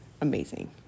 amazing